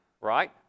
right